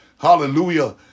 Hallelujah